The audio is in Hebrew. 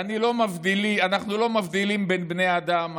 ואנחנו לא מבדילים בין בני אדם.